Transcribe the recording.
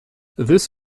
this